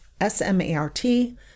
S-M-A-R-T